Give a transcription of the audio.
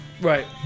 Right